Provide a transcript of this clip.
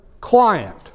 client